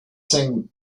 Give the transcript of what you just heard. sing